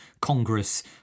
Congress